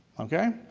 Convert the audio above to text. okay?